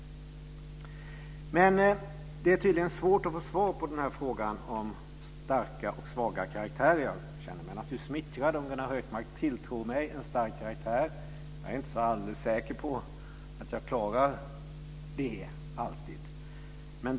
Det är tydligen svårt att få svar på frågan om starka och svaga karaktärer. Jag känner mig naturligtvis smickrad om Gunnar Hökmark tilltror mig en stark karaktär. Jag är inte så alldeles säker på att jag klarar det alltid.